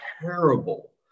terrible